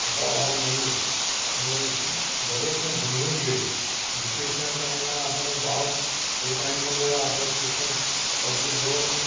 ઉપર આવ્યા માંડ્યું ને દરેકને ભણવું જ જોઈએ બ્રિટિશના ટાઈમમાં આપણે બહુ જે ટાઈમમાં બધા આપણે શિક્ષણ પબ્લિક બહુ